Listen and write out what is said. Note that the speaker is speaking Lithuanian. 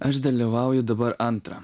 aš dalyvauju dabar antrą